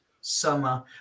summer